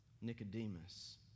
Nicodemus